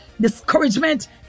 Discouragement